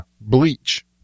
bleach